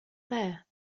there